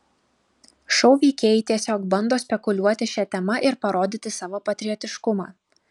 šou veikėjai tiesiog bando spekuliuoti šia tema ir parodyti savo patriotiškumą